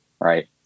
right